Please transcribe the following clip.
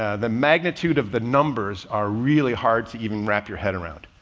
ah the magnitude of the numbers are really hard to even wrap your head around.